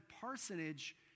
parsonage